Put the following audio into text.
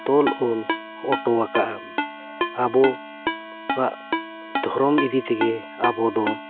ᱛᱚᱞ ᱚᱞ ᱚᱴᱚᱣᱟᱠᱟᱜᱼᱟ ᱟᱵᱚᱣᱟᱜ ᱫᱷᱚᱨᱚᱢ ᱤᱫᱤ ᱛᱮᱜᱮ ᱟᱵᱚ ᱫᱚ